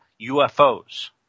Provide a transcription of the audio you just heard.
UFOs